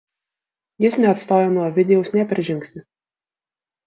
jis neatstojo nuo ovidijaus nė per žingsnį